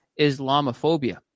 Islamophobia